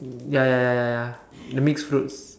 ya ya ya ya ya the mix fruits